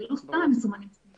זה לא סתם שהם מסומנים באדום.